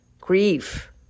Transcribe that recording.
grief